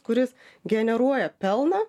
kuris generuoja pelną